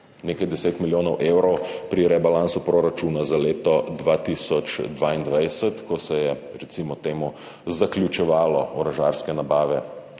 nekaj deset milijonov evrov pri rebalansu proračuna za leto 2022, ko se je, recimo temu, zaključevalo orožarske nabave